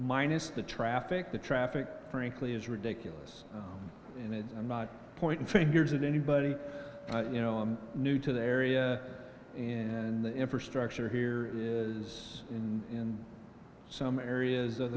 minus the traffic the traffic frankly is ridiculous and it's i'm not pointing fingers at anybody you know i'm new to the area and the infrastructure here is in some areas of